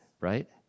right